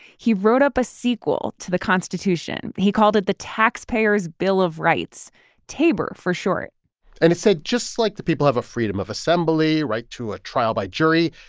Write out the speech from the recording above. he wrote up a sequel to the constitution. he called it the taxpayer's bill of rights tabor for short and it said just like the people have a freedom of assembly, right to a trial by jury,